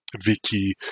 vicky